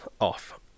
off